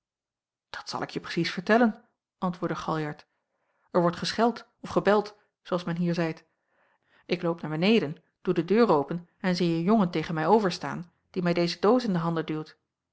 dat zal ik je precies vertellen antwoordde galjart er wordt gescheld of gebeld zoo als men hier zeit ik loop naar beneden doe de deur open en zie een jongen tegen mij over staan die mij deze doos in de handen duwt